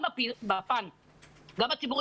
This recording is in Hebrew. גם בפן הציבורי,